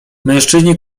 mężczyźni